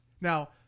Now